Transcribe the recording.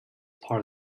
part